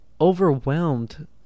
overwhelmed